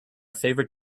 favorite